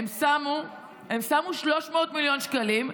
הם שמו 300 מיליון שקלים,